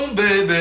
baby